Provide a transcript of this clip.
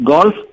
Golf